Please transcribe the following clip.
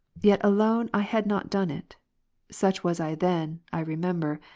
yet alone i had not done it such was i then, i remember,